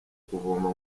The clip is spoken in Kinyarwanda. kuvoma